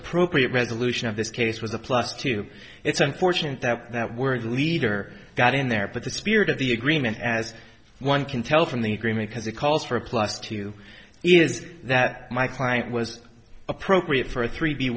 appropriate resolution of this case was a plus two it's unfortunate that that word leader got in there but the spirit of the agreement as one can tell from the agreement because it calls for a plus two is that my client was appropriate for three